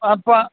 அப்போ